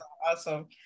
Awesome